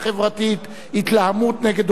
התלהמות נגד אוכלוסיות שלמות,